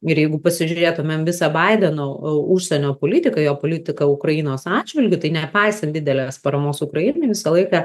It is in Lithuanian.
ir jeigu pasižiūrėtumėm visą baideno u užsienio politiką jo politiką ukrainos atžvilgiu tai nepaisant didelės paramos ukrainai visą laiką